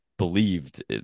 believed